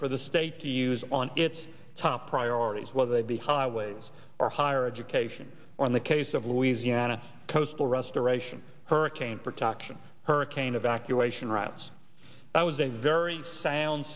for the state to use on its top priorities whether they be highways or higher education or in the case of louisiana coastal restoration hurricane protection hurricane evacuation routes that was a very sound